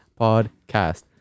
podcast